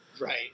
Right